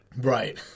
Right